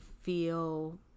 feel